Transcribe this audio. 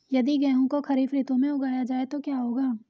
यदि गेहूँ को खरीफ ऋतु में उगाया जाए तो क्या होगा?